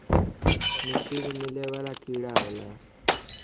मिट्टी में मिले वाला कीड़ा होला